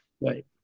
right